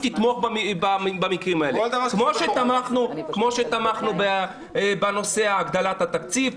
תתמוך במקרים האלה; כמו שתמכנו בנושא הגדלת התקציב,